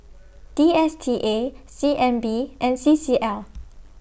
D S T A C N B and C C L